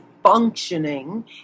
functioning